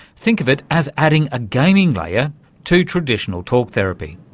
think of it as adding a gaming layer to traditional talk therapy.